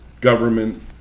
government